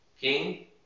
King